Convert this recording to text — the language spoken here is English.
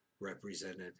represented